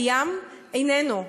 הים איננו.